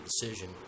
decision